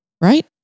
Right